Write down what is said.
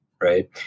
Right